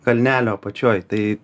kalnelio apačioj tai